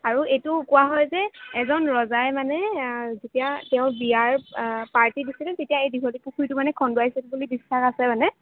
আৰু এইটো কোৱা হয় যে এজন ৰজাই মানে যেতিয়া তেওঁ বিয়াৰ পাৰ্টি দিছিল তেতিয়া এই দীঘলীপুখুৰীটো মানে খন্দোৱাইছিল বুলি বিশ্বাস আছে মানে